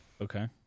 Okay